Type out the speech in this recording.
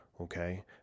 Okay